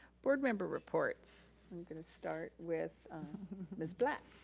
board member reports. i'm gonna start with ms. black.